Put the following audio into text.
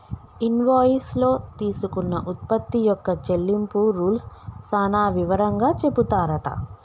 invoice లో తీసుకున్న ఉత్పత్తి యొక్క చెల్లింపు రూల్స్ సాన వివరంగా చెపుతారట